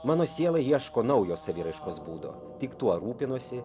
mano siela ieško naujo saviraiškos būdo tik tuo rūpinuosi